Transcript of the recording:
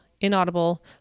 Inaudible